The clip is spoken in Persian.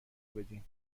بدین